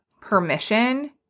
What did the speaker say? permission